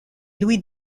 lui